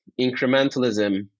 incrementalism